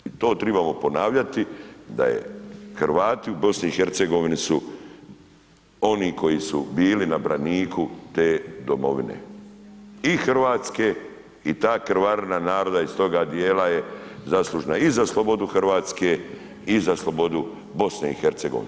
I to trebao ponavljati da je, Hrvati u BiH su oni koji su bili na braniku te domovine i Hrvatske i ta krvarina naroda iz toga dijela je zaslužna i za slobodu Hrvatske i za slobodu BiH.